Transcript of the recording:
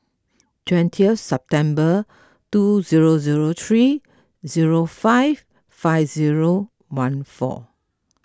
twentieth September two zero zero three zero five five zero one four